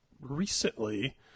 recently